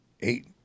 eight